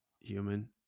human